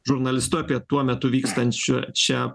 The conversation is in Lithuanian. žurnalistu apie tuo metu vykstančio čia